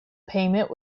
payment